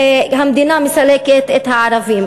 והמדינה מסלקת את הערבים,